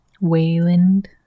Wayland